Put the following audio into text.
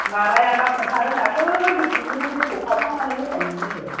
माबायानोबा खोन्थादों दाखोलि दुब्लिनि दैखौ खावखांनानै होनाय नुदों नो